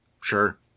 Sure